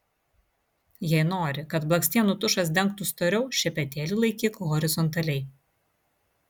jei nori kad blakstienų tušas dengtų storiau šepetėlį laikyk horizontaliai